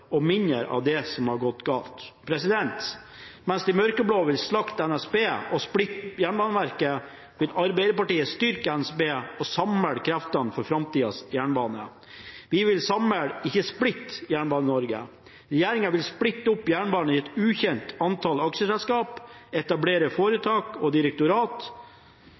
og mindre av det som har gått galt. Mens de mørkeblå vil slakte NSB og splitte Jernbaneverket, vil Arbeiderpartiet styrke NSB og samle kreftene for framtidas jernbane. Vi vil samle, ikke splitte, Jernbane-Norge. Regjeringen vil splitte opp jernbanen i et ukjent antall aksjeselskaper, etablere foretak og direktorat.